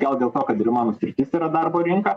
gal dėl to kad ir mano sritis yra darbo rinka